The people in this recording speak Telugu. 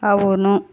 అవును